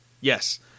Yes